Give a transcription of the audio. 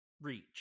reach